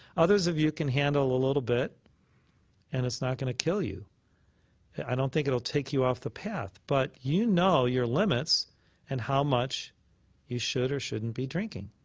others of you can handle a little bit and it's not going to kill you, and i don't think it will take you off the path. but you know your limits and how much you should or shouldn't be drinking.